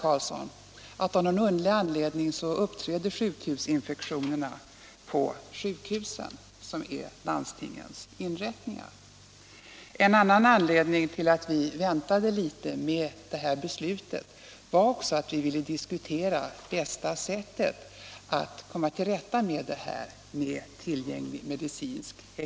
Jo, av någon underlig anledning uppträder nämligen sjukhusinfektionerna på sjukhusen, som är landstingens inrättningar, herr Karlsson. En annan anledning till att vi väntat litet med detta beslut är att vi velat diskutera med tillgänglig medicinsk expertis om bästa sättet att komma till rätta med problemet.